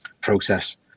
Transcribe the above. process